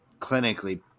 clinically